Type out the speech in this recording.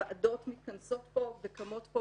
ועדות מתכנסות פה וקמות פה